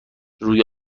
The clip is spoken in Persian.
روی